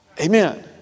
amen